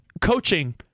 coaching